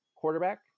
quarterback